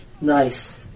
Nice